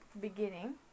beginning